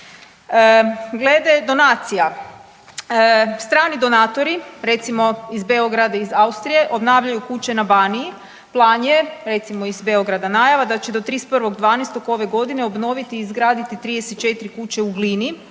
donacija. Strani donatori recimo iz Beograda, iz Austrije obnavljaju kuće na Baniji. Plan je recimo iz Beograda najava da će do 31.12. ove godine obnoviti i izgraditi 34 kuće u Glini